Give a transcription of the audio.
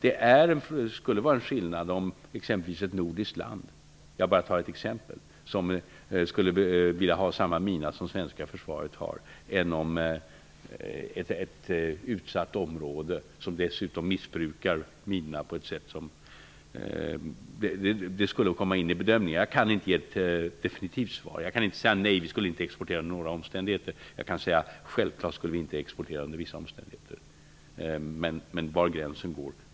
Det är skillnad om exempelvis ett nordiskt land skulle vilja ha samma mina som det svenska försvaret jämfört med om man skulle vilja ha den i ett utsatt område och dessutom missbrukar den. Sådant vägs in vid bedömningen. Jag kan inte ge ett definitivt svar. Jag kan inte säga att vi inte under några omständigheter skulle exportera. Jag kan säga att vi självfallet inte skulle exportera under vissa omständigheter, men inte var gränsen går.